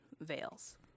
veils